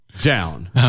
down